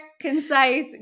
concise